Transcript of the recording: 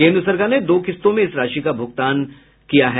केन्द्र सरकार ने दो किस्तों में इस राशि का भुगतान कर दी है